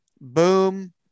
boom